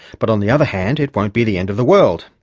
but on the other hand it won't be the end of the world.